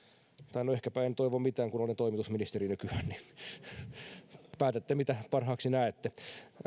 tai ehkäpä en toivo mitään kun olen toimitusministeri nykyään päätätte mitä parhaaksi näette